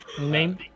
Name